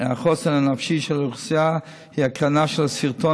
החוסן הנפשי של האוכלוסייה הוא הקרנה של סרטון